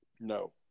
No